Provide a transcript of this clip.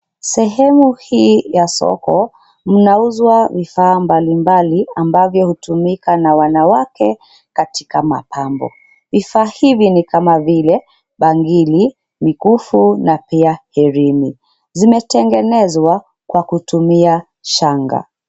Sehemu hii ya soko mnauzwa vifaa mbali mbali ambavyo hutumika na wanawake katika mapambo. Vifaa hivi ni kama vile: bangili, mikufu na pia herini. Zimetengenezwa kwa kutumia shanga.